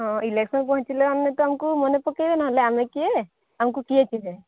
ହଁ ଇଲେକ୍ସନ ପୁଣି ଥିଲେ ମାନେ ତ ଆମକୁ ମନେପକେଇବେ ନହେଲେ ଆମେ କିଏ ଆମକୁ କିଏ ଚିହ୍ନେ